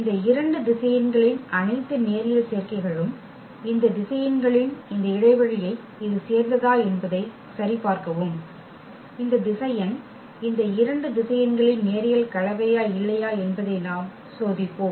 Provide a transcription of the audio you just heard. இந்த இரண்டு திசையன்களின் அனைத்து நேரியல் சேர்க்கைகளும் இந்த திசையன்களின் இந்த இடைவெளியை இது சேர்ந்ததா என்பதை சரிபார்க்கவும் இந்த திசையன் இந்த இரண்டு திசையன்களின் நேரியல் கலவையா இல்லையா என்பதை நாம் சோதிப்போம்